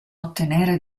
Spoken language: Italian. ottenere